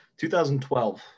2012